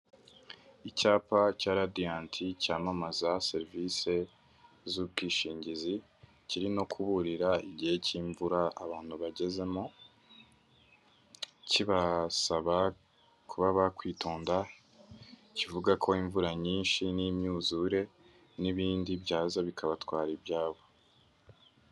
Icyapa cya radiyanti cyamamaza serivisi z'ubwishingizi kiri no kuburira igihe cy'imvura abantu bagezemo kibasaba kuba bakwitonda, kivuga ko imvura nyinshi n'imyuzure n'ibindi byaza bikabatwara ibyabo.